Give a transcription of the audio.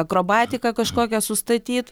akrobatiką kažkokia sustatyti